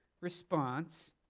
response